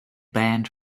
banned